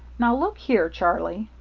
now, look here, charlie